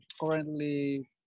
currently